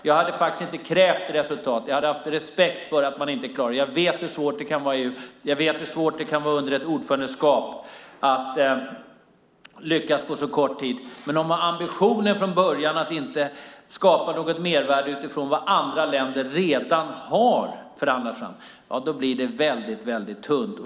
Jag hade, som sagt, inte krävt resultat. Jag hade haft respekt för att man inte klarar det. Jag vet hur svårt det kan vara i EU. Jag vet hur svårt det kan vara under ett ordförandeskap att lyckas på så kort tid. Men om man från början har ambitionen att inte skapa något mervärde utifrån vad andra länder redan har förhandlat fram blir det väldigt tunt.